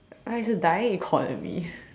but it's a dying economy